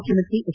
ಮುಖ್ಯಮಂತ್ರಿ ಎಚ್